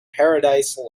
paradise